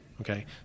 Okay